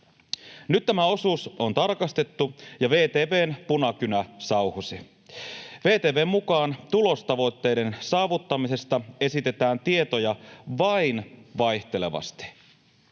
Nyt tämä osuus on tarkastettu, ja VTV:n punakynä sauhusi. VTV:n mukaan tulostavoitteiden saavuttamisesta esitetään tietoja vain vaihtelevasti.